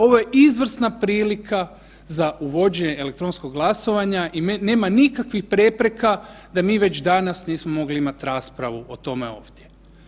Ovo je izvrsna prilika za uvođenje elektronskog glasovanja i nema nikakvih prepreka da mi već danas nismo mogli imati raspravu o tome ovdje.